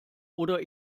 oder